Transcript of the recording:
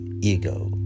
ego